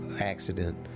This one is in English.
accident